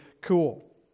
cool